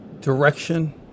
direction